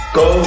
go